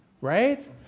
right